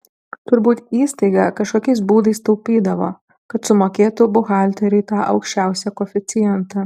turbūt įstaiga kažkokiais būdais taupydavo kad sumokėtų buhalteriui tą aukščiausią koeficientą